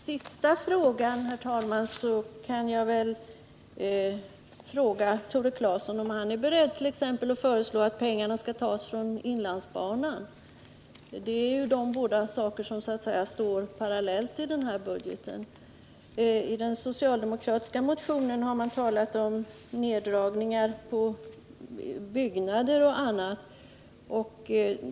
Herr talman! När det gäller den sista frågan kan jag fråga Tore Claeson om han är beredd att föreslå att pengarna skall tas från inlandsbanan. Det är de båda saker som står parallellt i den här budgeten. I den socialdemokratiska motionen har man talat om neddragningar när det gäller byggnader och annat.